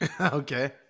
Okay